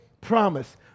promise